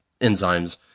enzymes